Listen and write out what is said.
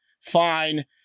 fine